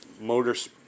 motors